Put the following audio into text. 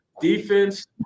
Defense